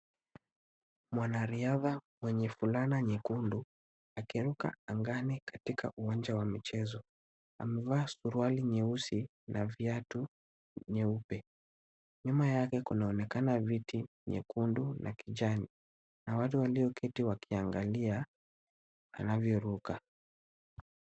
Mwanariadha mwenye fulana nyekundu, akiruka angani katika uwanja wa michezo. Amevaa suruali nyeusi na viatu vyeupe. Nyuma yake kunaonekana viti vyekundu na kijani. Na watu walioketi wakiangalia anavyoruka.